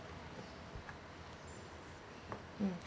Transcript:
mm